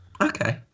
okay